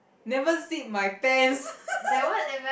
never zip my pants